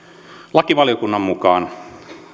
lakivaliokunnan mukaan